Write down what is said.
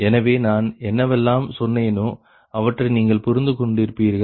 எனவே நான் என்னவெல்லாம் சொன்னேனோ அவற்றை நீங்கள் புரிந்துகொண்டிருப்பீர்கள்